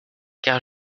car